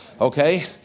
Okay